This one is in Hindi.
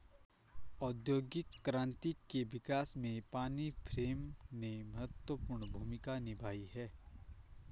औद्योगिक क्रांति के विकास में पानी फ्रेम ने महत्वपूर्ण भूमिका निभाई है